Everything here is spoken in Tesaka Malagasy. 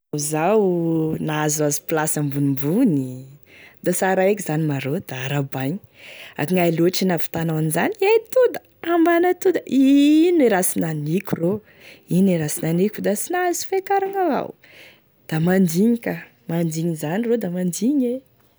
Anao zao nahazoazo place ambonimbony, da sara eky zany maro da arahabaigny, akognaia lotry e nahavitanao an'izany, iay toa da ambany atoa da ino e rasy naniko ro, ino e rasy naniko da sy nahazo fiakaragny avao, da mandigny ka mandigny zany ro da mandigny e.